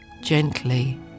gently